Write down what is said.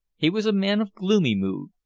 he was a man of gloomy mood,